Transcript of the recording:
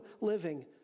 living